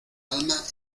alma